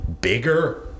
bigger